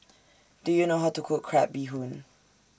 Do YOU know How to Cook Crab Bee Hoon